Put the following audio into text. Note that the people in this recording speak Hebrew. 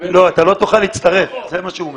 לא, אתה לא תוכל להצטרף, זה מה שהוא אומר.